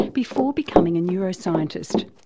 before becoming a neuroscientist.